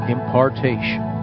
Impartation